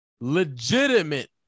Legitimate